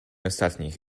ostatnich